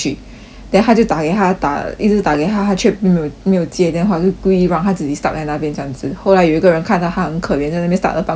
then 他就打给他打一直打给他却没有没有接电话就故意让他自己 stuck 在那边这样子后来有一个人看到他很可怜在那边 stuck 了半个钟头 liao